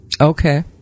Okay